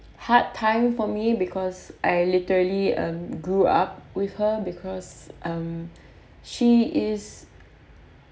hard time for me because I literally um grew up with her because um she is